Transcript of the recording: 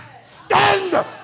stand